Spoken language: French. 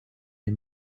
les